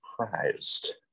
surprised